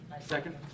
Second